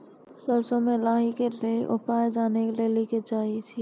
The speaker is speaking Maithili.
सरसों मे लाही के ली उपाय जाने लैली चाहे छी?